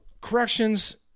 corrections